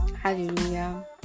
Hallelujah